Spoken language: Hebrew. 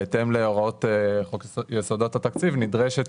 בהתאם להוראות חוק יסודות התקציב נדרשת